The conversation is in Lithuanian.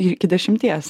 iki dešimties